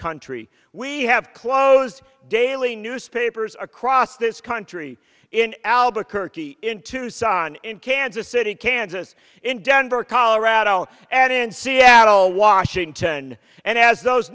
country we have close daily newspapers across this country in albuquerque in tucson in kansas city kansas in denver colorado and in seattle washington and as those